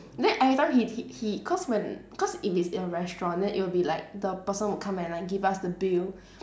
then every time he he he cause when cause if it's in restaurant then it'll be like the person will come like give us the bill